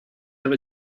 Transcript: have